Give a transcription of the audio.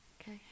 Okay